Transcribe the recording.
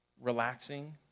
relaxing